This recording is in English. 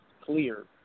clear